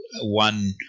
One